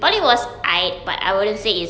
mm meh